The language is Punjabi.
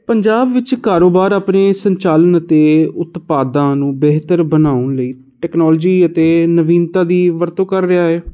ਪੰਜਾਬ ਵਿੱਚ ਕਾਰੋਬਾਰ ਆਪਣੀ ਸੰਚਾਲਨ ਅਤੇ ਉਤਪਾਦਾਂ ਨੂੰ ਬਿਹਤਰ ਬਣਾਉਣ ਲਈ ਟੈਕਨੋਲੋਜੀ ਅਤੇ ਨਵੀਨਤਾ ਦੀ ਵਰਤੋਂ ਕਰ ਰਿਹਾ ਏ ਹੈ